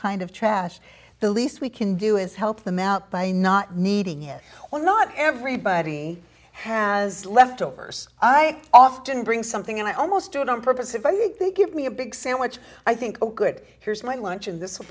kind of trash the least we can do is help them out by not needing it or not everybody has leftovers i often bring something and i almost do it on purpose if i think they give me a big sandwich i think oh good here's my lunch